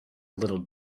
little